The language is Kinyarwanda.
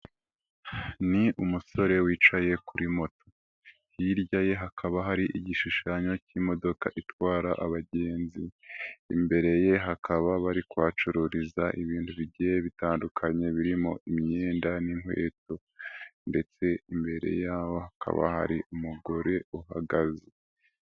Ni umusore wicaye kuri moto. Hirya ye hakaba hari igishushanyo k'imodoka itwara abagenzi. Imbere ye hakaba bari kuhacururiza ibintu bigiye bitandukanye birimo imyenda n'inkweto. Ndetse imbere yaho hakaba hari umugore uhagaze.